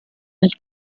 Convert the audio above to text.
nel